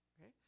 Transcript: okay